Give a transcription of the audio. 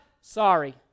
sorry